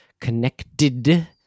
connected